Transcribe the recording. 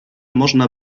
można